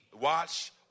watch